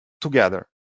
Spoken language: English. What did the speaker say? together